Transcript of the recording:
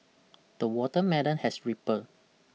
the watermelon has ripened